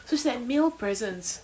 so is that male presence